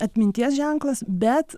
atminties ženklas bet